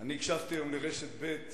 אני הקשבתי היום לרשת ב',